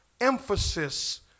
emphasis